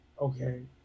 Okay